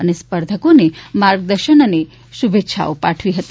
અને સ્પર્ધકોને માગદર્શન અને શુભેચ્છા પાઠવી હતી